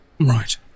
right